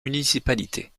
municipalités